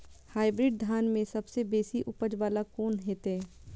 Hybrid धान में सबसे बेसी उपज बाला कोन हेते?